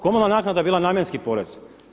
Komunalna naknada je bila namjenski porez.